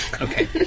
Okay